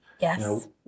Yes